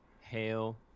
hail